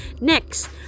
next